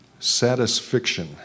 Satisfiction